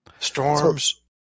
Storms